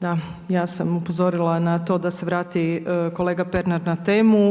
Da, ja sam upozorila na to da se vrati kolega Pernar na temu.